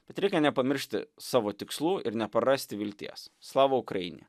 bet reikia nepamiršti savo tikslų ir neprarasti vilties slava ukrainie